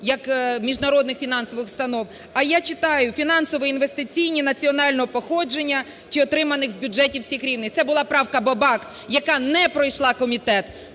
як міжнародних фінансових установ, а я читаю: "фінансові інвестиції національного походження чи отриманих з бюджетів всіх рівнів". Це була правка Бабак, яка не пройшла комітет.